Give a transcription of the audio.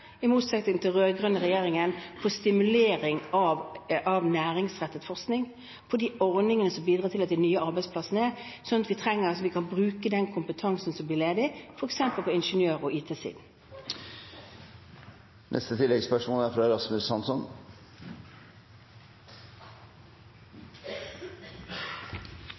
i motsetning til den rød-grønne regjeringen – for stimulering av næringsrettet forskning på de ordningene som bidrar til de nye arbeidsplassene, sånn at vi kan bruke den kompetansen som blir ledig, f.eks. på ingeniørsiden og IT-siden. Rasmus Hansson – til oppfølgingsspørsmål. Det vi står overfor, er